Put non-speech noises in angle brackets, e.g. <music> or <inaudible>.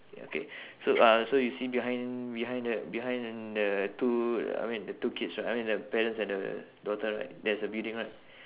ya K <breath> so uh so you see behind behind the behind the two uh I mean the two kids right I mean the parents and the daughter right there's a building right